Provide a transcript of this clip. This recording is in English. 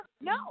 No